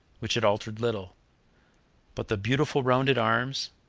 which had altered little but the beautiful rounded arms,